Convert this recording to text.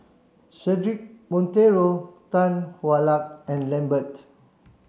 Cedric Monteiro Tan Hwa Luck and Lambert